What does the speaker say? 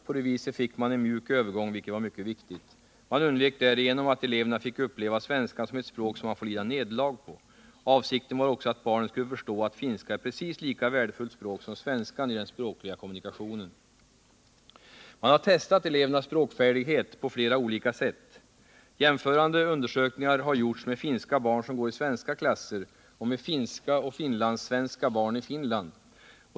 På det viset fick man en mjuk övergång, vilket var mycket viktigt. Man undvek därigenom att eleverna fick uppleva svenskan som ett språk som man får lida nederlag på. Avsikten var också att barnen skulle förstå att finska är ett precis lika värdefullt språk som svenska i den språkliga kommunikationen. Man har testat elevernas språkfärdighet på flera olika sätt. Jämförande undersökningar har gjorts med finska barn som går i svenska klasser och med finska och finlandssvenska barn i Finland.